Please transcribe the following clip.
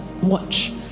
Watch